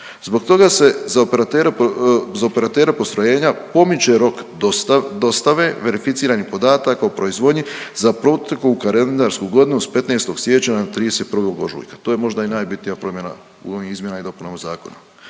zbog toga se za operatere postrojenja pomiče rok dostave verificiranih podataka o proizvodnji za proteklu kalendarsku godinu s 15. siječnja na 31. ožujka, to je možda i najbitnija promjena u ovim izmjenama i dopunama zakona.